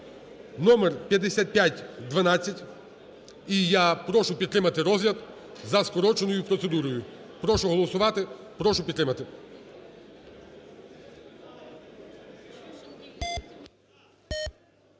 (№ 5512). І я прошу підтримати розгляд за скороченою процедурою. Прошу голосувати. Прошу підтримати.